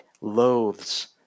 loathes